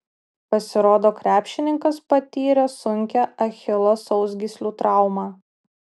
pasirodo krepšininkas patyrė sunkią achilo sausgyslių traumą